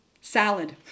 Salad